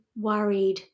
worried